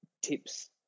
tips